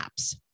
apps